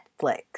Netflix